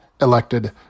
elected